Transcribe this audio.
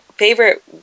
Favorite